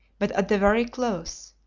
but at the very close.